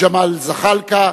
ג'מאל זחאלקה,